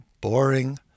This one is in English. Boring